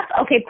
Okay